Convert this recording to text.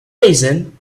reason